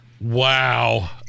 Wow